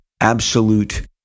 absolute